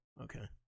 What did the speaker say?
Okay